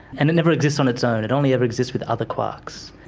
and it never exists on its own, it only ever exists with other quarks.